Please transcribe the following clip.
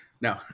No